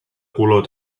clor